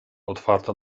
otwarta